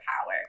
power